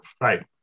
Right